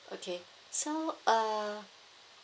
okay so uh